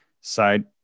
side